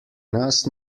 nas